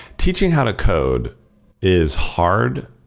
teaching how to code is hard,